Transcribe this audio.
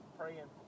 praying